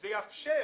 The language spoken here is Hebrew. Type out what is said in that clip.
זה יאפשר